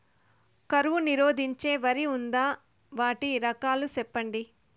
కరువు నిరోధించే వరి ఉందా? వాటి రకాలు చెప్పండి?